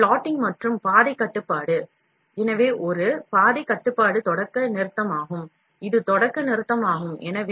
எனவே plotting மற்றும் பாதைக் கட்டுப்பாடு எனவே ஒரு பாதைக் கட்டுப்பாடு என்பது தொடக்கமும் நிறுத்தமும் ஆகும் இது தொடக்க நிறுத்தமாகும்